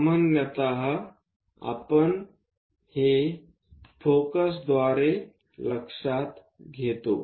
सामान्यत आपण हे फोकसद्वारे लक्षात घेतो